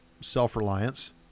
self-reliance